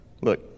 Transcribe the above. look